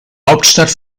hauptstadt